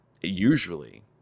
usually